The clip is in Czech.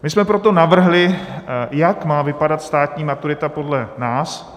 My jsme proto navrhli, jak má vypadat státní maturita podle nás.